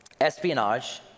Espionage